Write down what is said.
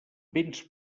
vents